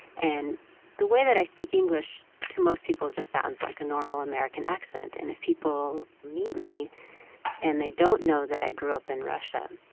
and the way that i speak english to most people just sounds like a normal american accent. and if people meet me and they don't know that i grew up in russia,